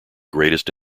greatest